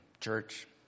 church